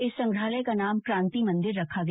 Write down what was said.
इस संग्रहालय का नाम कांति मंदिर रखा गया